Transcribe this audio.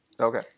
Okay